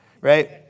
right